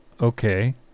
okay